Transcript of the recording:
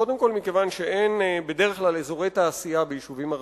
קודם כול מכיוון שבדרך כלל אין אזורי תעשייה ביישובים ערביים.